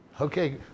okay